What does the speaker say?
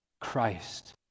Christ